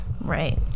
Right